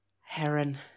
heron